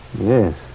Yes